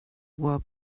were